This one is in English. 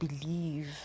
believe